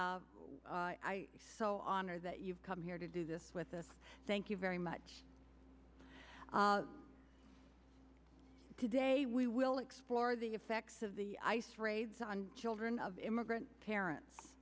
i so honored that you've come here to do this with us thank you very much today we will explore the effects of the ice raids on children of immigrant parents